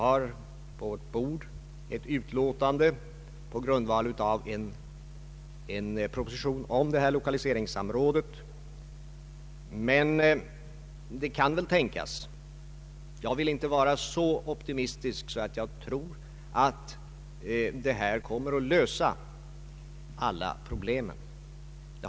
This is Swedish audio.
På riksdagens bord ligger nu ett utlåtande på grundval av en proposition om detta lokaliseringssamråd, men jag vill inte vara så optimistisk att jag tror att alla problem genom dagens beslut kommer att lösas.